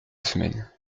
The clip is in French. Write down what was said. semaine